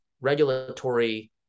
regulatory